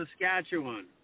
Saskatchewan